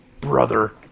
brother